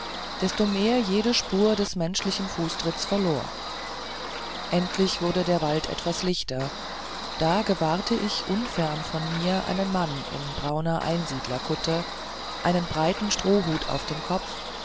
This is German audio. desto mehr jede spur eines menschlichen fußtritts verlor endlich wurde der wald etwas lichter da gewahrte ich unfern vor mir einen mann in brauner einsiedlerkutte einen breiten strohhut auf dem kopf